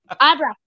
eyebrow